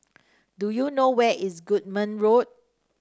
do you know where is Goodman Road